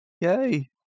yay